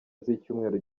z’icyumweru